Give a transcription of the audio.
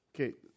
Okay